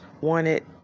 wanted